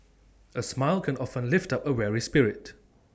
A smile can often lift up A weary spirit